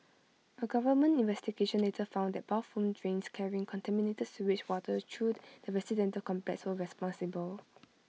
A government investigation later found that bathroom drains carrying contaminated sewage water through the residential complex were responsible